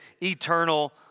eternal